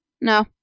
No